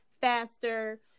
faster